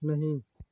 नहीं